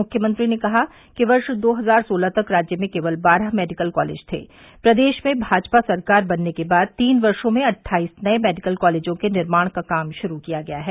मुख्यमंत्री ने कहा कि वर्ष दो हजार सोलह तक राज्य में केवल बारह मेडिकल कालेज थे प्रदेश में भाजपा सरकार बनने के बाद तीन वर्षो में अट्ठाइस नए मेडिकल कॉलेजों के निर्माण का काम शुरू किया गया है